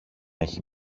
έχει